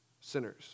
sinners